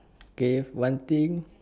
okay one thing